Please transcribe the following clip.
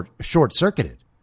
short-circuited